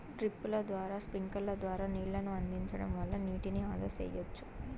డ్రిప్పుల ద్వారా స్ప్రింక్లర్ల ద్వారా నీళ్ళను అందించడం వల్ల నీటిని ఆదా సెయ్యచ్చు